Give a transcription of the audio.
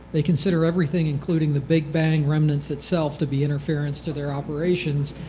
they consider everything, including the big bang remnants itself, to be interference to their operations,